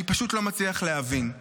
אני פשוט לא מצליח להבין.